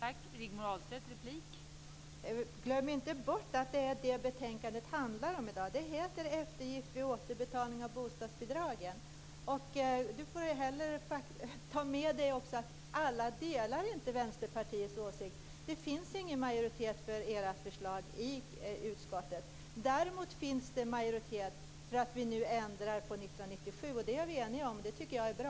Fru talman! Glöm inte bort att det är detta som betänkandet handlar om. Det heter Eftergift vid återbetalning av bostadsbidrag m.m. Sten Lundström måste också förstå att alla inte delar Vänsterpartiets åsikt. Det finns ingen majoritet för Vänsterpartiets förslag i utskottet. Däremot finns det en majoritet för att vi nu ändrar på det som gäller 1997, och det är vi eniga om, vilket jag tycker är bra.